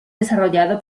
desarrollado